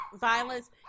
violence